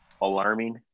alarming